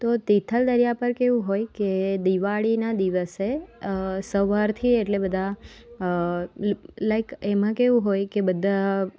તો તિથલ દરિયા પર કેવું હોય કે દિવાળીના દિવસે સવારથી એટલે બધા લાઈક એમાં કેવું હોય કે બધા